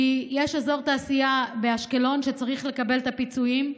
כי יש אזור תעשייה באשקלון שצריך לקבל את הפיצויים,